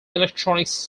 electronics